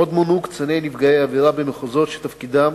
עוד מונו קציני נפגעי עבירה במחוזות, שתפקידם